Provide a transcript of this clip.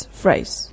phrase